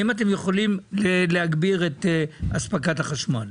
להגביר את אספקת החשמל?